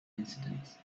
incidents